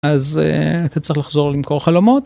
אז אתה צריך לחזור למכור חלומות.